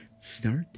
start